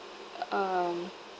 um